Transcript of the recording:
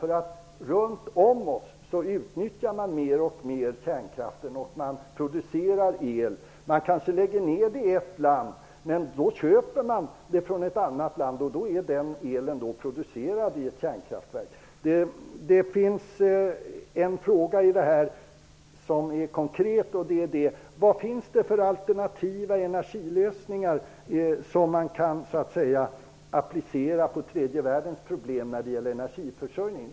Runt om oss utnyttjar man kärnkraften mer och mer och man producerar el. Kanske läggs kärnkraftverk ned i ett land, men då köper det landet el från ett annat land, och den elen är producerad i ett kärnkraftverk. En konkret fråga: Vad finns det för alternativa energilösningar som man kan applicera på tredje världens problem när det gäller energiförsörjningen?